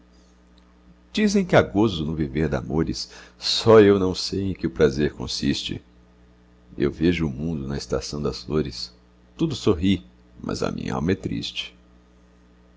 dizem que há gozos no viver damores só eu não sei em que o prazer consiste eu vejo o mundo na estação das flores tudo sorri mas a minhalma é triste